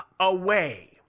away